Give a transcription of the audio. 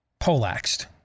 polaxed